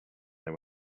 they